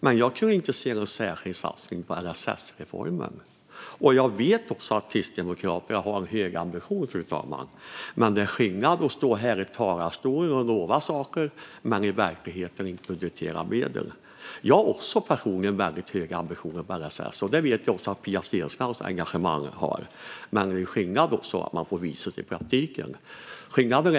Men jag kunde inte se någon särskild satsning på LSS-reformer. Fru talman! Jag vet att Kristdemokraterna har en hög ambition. Men det är skillnad på att stå här i talarstolen och lova saker och att i verkligheten budgetera medel. Jag personligen har också väldigt höga ambitioner när det gäller LSS. Jag vet att Pia Steensland också har ett stort engagemang. Men det är skillnad på att visa det i praktiken. Fru talman!